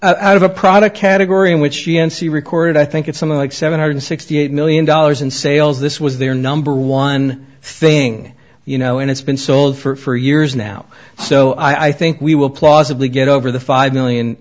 out of a product category in which she n c recorded i think it's something like seven hundred sixty eight million dollars in sales this was their number one thing you know and it's been sold for years now so i think we will plausibly get over the five million